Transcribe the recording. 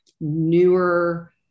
newer